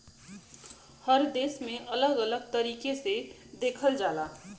हर देश में अलग अलग तरीके से देखल जाला